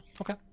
Okay